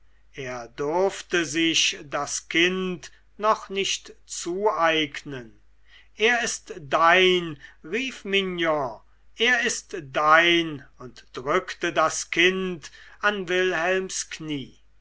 er durfte sich das kind noch nicht zueignen er ist dein rief mignon er ist dein und drückte das kind an wilhelms kniee